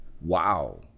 Wow